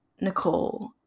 nicole